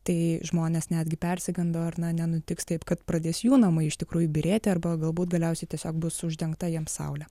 tai žmonės netgi persigando ar na nenutiks taip kad pradės jų namai iš tikrųjų byrėti arba galbūt galiausiai tiesiog bus uždengta jiem saulė